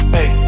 Hey